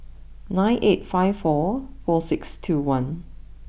nine eight five four four six two one